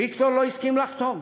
ויקטור לא הסכים לחתום.